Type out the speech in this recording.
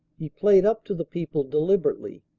he played up to the people deliberately.